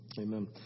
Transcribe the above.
Amen